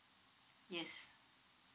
yes